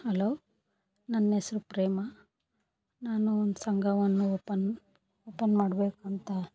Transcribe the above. hello ನನ್ನ ಹೆಸ್ರು ಪ್ರೇಮ ನಾನು ಒಂದು ಸಂಘವನ್ನು ಓಪನ್ ಓಪನ್ ಮಾಡಬೇಕು ಅಂತ